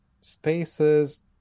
spaces